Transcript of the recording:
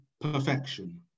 perfection